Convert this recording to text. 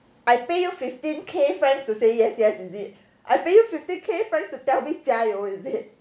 I pay you fifteen K francs to say yes yes is it I pay you fifteen K francs to tell me 加油 is it